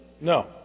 No